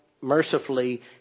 mercifully